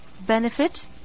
benefit